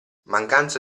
mancanza